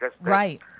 Right